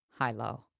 high-low